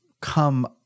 come